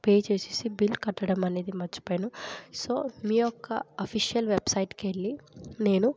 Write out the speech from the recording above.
pay చేసేసి bill కట్టడం అనేది మర్చిపోయాను సో మీ యొక్క ఆఫిసియల్ వెబ్ సైట్కి వెళ్ళి నేను